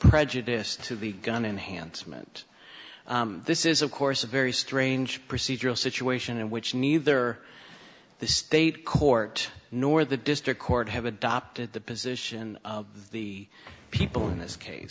prejudice to the gun in the hands mint this is of course a very strange procedural situation in which neither the state court nor the district court have adopted the position of the people in this